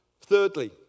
Thirdly